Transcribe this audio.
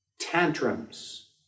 Tantrums